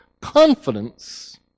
confidence